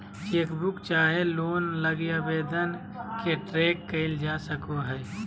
chequebook चाहे loan लगी आवेदन के ट्रैक क़इल जा सको हइ